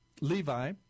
Levi